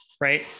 Right